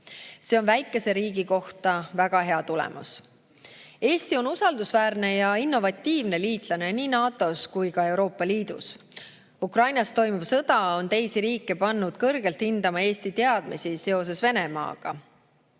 See on väikese riigi kohta väga hea tulemus. Eesti on usaldusväärne ja innovatiivne liitlane nii NATO-s kui ka Euroopa Liidus. Ukrainas toimuv sõda on teisi riike pannud kõrgelt hindama Eesti teadmisi Venemaa